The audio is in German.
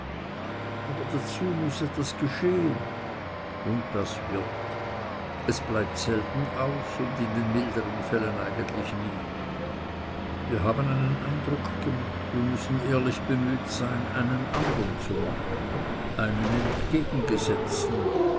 aber dazu muß etwas geschehen und das wird es bleibt selten aus und in den milderen fällen eigentlich nie wir haben einen eindruck gemacht und müssen ehrlich bemüht sein einen andern zu machen einen entgegengesetzten